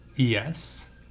Yes